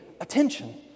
attention